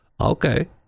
okay